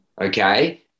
okay